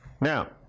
Now